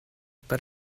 but